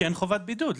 כי אין חובת בידוד.